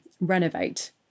renovate